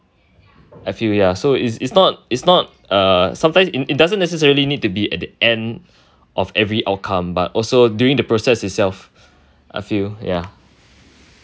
I feel ya so is is is not is not uh sometimes it doesn't necessary need to be at the end of every outcome but also during the process itself I feel ya